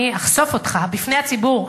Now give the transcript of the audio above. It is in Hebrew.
אני אחשוף אותך בפני הציבור,